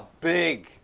big